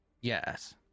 Yes